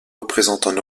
représentants